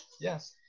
Yes